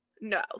No